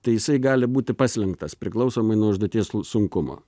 tai jisai gali būti paslinktas priklausomai nuo užduoties sunkumo